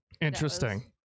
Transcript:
Interesting